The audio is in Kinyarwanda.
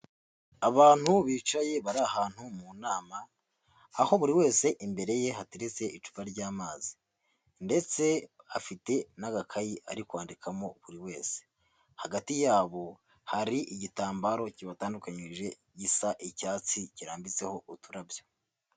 Abantu bicaye bari ahantu mu nama, aho buri wese imbere ye hateretse icupa ry'amazi ndetse afite n'agakayi ari kwandikamo buri wese hagati yabo hari igitambaro kibatandukanyirije gisa icyatsi kirambitseho uturabyo.